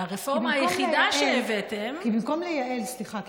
והרפורמה היחידה שהבאתם, סליחה.